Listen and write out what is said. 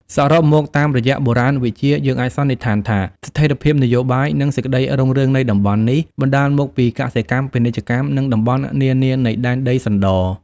សរុបមកតាមរយៈបុរាណវិទ្យា យើងអាចសន្និដ្ឋានថា ស្ថេរភាពនយោបាយ និងសេចក្តីរុងរឿងនៃតំបន់នេះ បណ្តាលមកពីកសិកម្ម ពាណិជ្ជកម្ម និង តំបន់នានានៃ ដែនដីសណ្ដរ ។